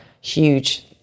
huge